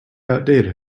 outdated